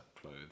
clothes